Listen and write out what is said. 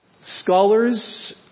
Scholars